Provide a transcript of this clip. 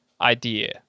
idea